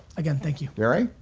again, thank you. gary,